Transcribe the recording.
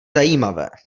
zajímavé